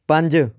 ਪੰਜ